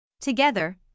Together